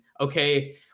Okay